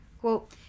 Quote